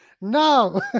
No